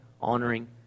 honoring